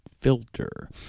Filter